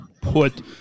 put